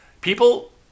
People